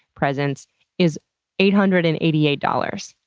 presents is eight hundred and eighty eight dollars.